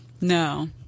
No